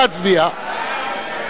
נגד?